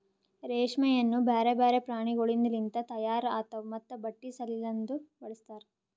ರೇಷ್ಮೆಯನ್ನು ಬ್ಯಾರೆ ಬ್ಯಾರೆ ಪ್ರಾಣಿಗೊಳಿಂದ್ ಲಿಂತ ತೈಯಾರ್ ಆತಾವ್ ಮತ್ತ ಬಟ್ಟಿ ಸಲಿಂದನು ಬಳಸ್ತಾರ್